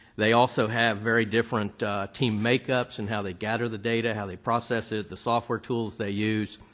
they also have very different team makeups and how they gather the data, how they process it, the software tools they use,